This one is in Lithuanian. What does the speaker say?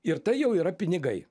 ir tai jau yra pinigai